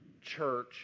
church